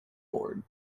board